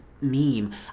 meme